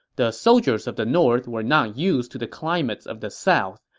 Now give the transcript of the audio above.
the soldiers of the north were not used to the climates of the south,